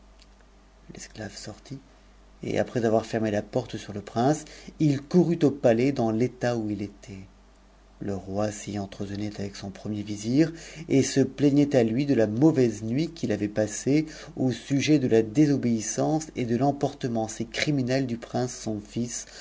l'esclave sortit et après avoir fermé la porte sur le prince il courut au ratais dans l'état où il était le roi s'y entretenait avec son premier vizir et se plaignait à lui de la mauvaise nuit qu'il avait passée au sujet de la désobéissance et de l'emportement si criminels du prince son fils